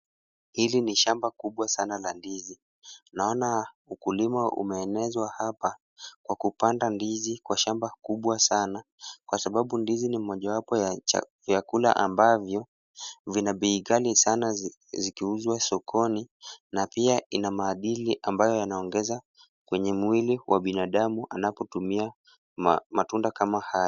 Hili ni shamba kubwa sana la ndizi. Naona ukulima umeenezwa hapa kwa kupanda ndizi kwa shamba kubwa sana kwa sababu ndizi ni mojawapo ya vyakula ambavyo vina bei ghali sana zikiuzwa sokoni na pia ina maadili ambayo yanaongeza kwenye mwili wa binadamu anapotumia matunda kama haya.